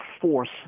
force